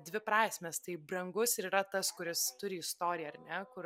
dvi prasmės tai brangus ir yra tas kuris turi istoriją ar ne kur